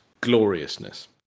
gloriousness